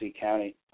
County